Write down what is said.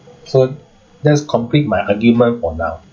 so that's complete my argument for now